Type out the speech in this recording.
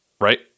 right